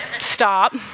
Stop